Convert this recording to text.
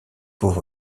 pour